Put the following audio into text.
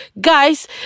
guys